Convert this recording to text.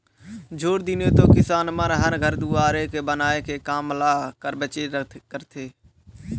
झूर दिने तो किसान मन हर घर दुवार के बनाए के काम ल करबेच करथे